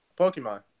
pokemon